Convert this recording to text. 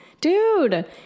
Dude